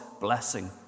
blessing